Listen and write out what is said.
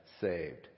saved